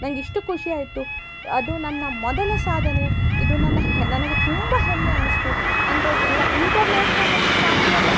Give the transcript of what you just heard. ನನಗಿಷ್ಟು ಖುಷಿ ಆಯಿತು ಅದು ನನ್ನ ಮೊದಲ ಸಾಧನೆ ಇದು ನನ್ನ ಹೆ ನನಗೆ ತುಂಬ ಹೆಮ್ಮೆ ಅನ್ನಿಸ್ತು ಅಂದರೆ ಎಲ್ಲ ಇಂಟರ್ನ್ಯಾಷ್ನಲಲ್ಲಿ ಚಾಂಪಿಯನ್